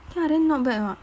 K lah then not bad [what]